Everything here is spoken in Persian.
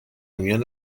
میان